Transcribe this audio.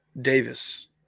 Davis